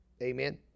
Amen